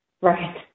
right